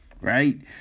right